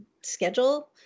schedule